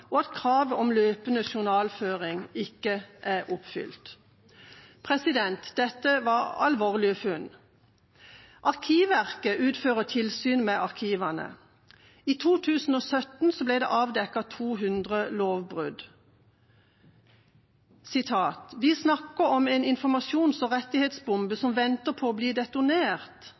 og at kravet om løpende journalføring ikke er oppfylt. Dette er alvorlige funn. Arkivverket utfører tilsyn med arkivene. I 2017 ble det avdekket 200 lovbrudd. Kjetil Reithaug, fagdirektør i seksjon for Dokumentasjonsforvaltning i Arkivverket, sa i april i år: «Vi snakker om en informasjons- og rettighetsbombe som venter på å bli